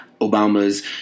Obama's